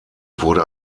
wurde